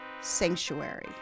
sanctuary